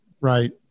right